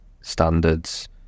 standards